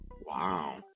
Wow